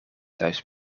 thuis